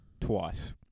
twice